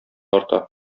арта